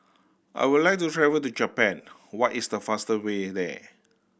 I would like to travel to Japan what is the fast way there